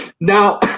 now